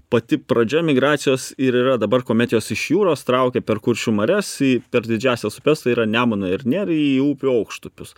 pati pradžia migracijos ir yra dabar kuomet jos iš jūros traukia per kuršių marias į per didžiąsias upes tai yra nemuną ir nerį į upių aukštupius